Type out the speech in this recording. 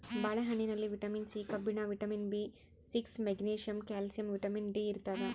ಬಾಳೆ ಹಣ್ಣಿನಲ್ಲಿ vitamin C ಕಬ್ಬಿಣ vitamin B six magnesium calcium vitamin D ಇರ್ತಾದ